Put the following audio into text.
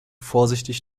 vorsichtig